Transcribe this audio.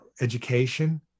education